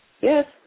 yes